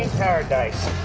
paradise!